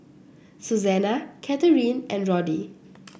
Susana Catharine and Roddy